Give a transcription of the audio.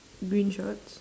green shorts